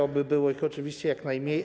Oby było ich oczywiście jak najmniej.